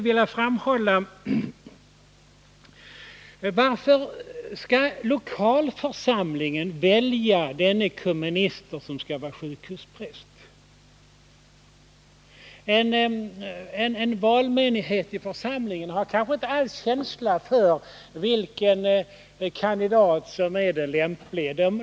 Varför skall lokalförsamlingen välja den komminister som skall vara sjukhuspräst? En valmyndighet i församlingen har kanske inte alls känsla för vilken kandidat som är den lämplige.